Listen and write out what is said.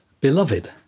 beloved